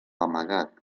amagat